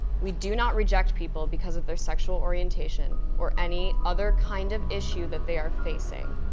we do not reject people because of their sexual orientation or any other kind of issue that they are facing.